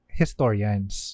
historians